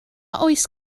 oes